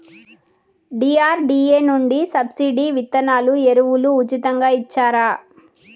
DRDA నుండి subsidy విత్తనాలు ఎరువులు ఉచితంగా ఇచ్చారా?